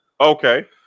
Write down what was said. Okay